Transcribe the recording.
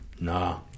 nah